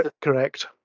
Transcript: correct